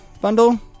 bundle